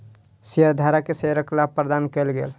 शेयरधारक के शेयरक लाभ प्रदान कयल गेल